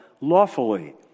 lawfully